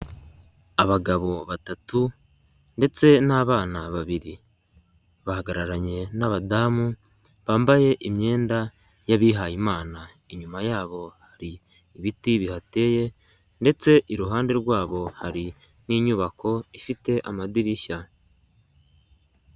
Abagabo batatu ndetse n'abana babiri bahagararanye n'abadamu bambaye imyenda y'abihayimana, inyuma yabo hari ibiti bihateye ndetse iruhande rwabo hari n'inyubako ifite amadirishya.